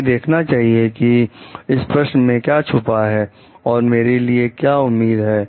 हमें देखना चाहिए कि इस प्रश्न में क्या छुपा है और मेरे लिए क्या उम्मीद है